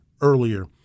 earlier